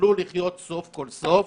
יוכלו לחיות סוף כל סוף